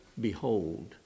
behold